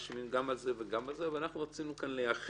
שמאשימים גם על זה וגם על זה אבל אנחנו רצינו כאן לייחד